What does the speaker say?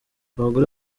abagore